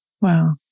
wow